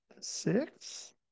six